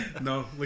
No